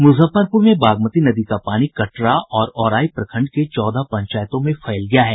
मुजफ्फरपुर में बागमती नदी का पानी कटरा और औराई प्रखंड के चौदह पंचायतों में फैल गया है